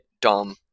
dumb